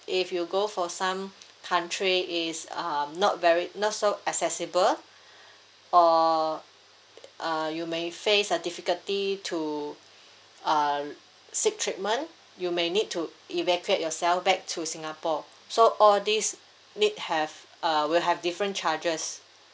if you go for some country is um not very not so accessible or uh you may face a difficulty to uh seek treatment you may need to evacuate yourself back to singapore so all this need have uh will have different charges